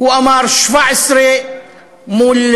הוא אמר: 17 מול,